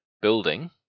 building